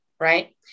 Right